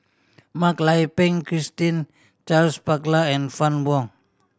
Mak Lai Peng Christine Charles Paglar and Fann Wong